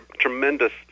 tremendous